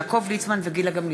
יעקב ליצמן וגילה גמליאל.